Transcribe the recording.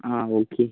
ആ ഓക്കെ